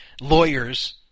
lawyers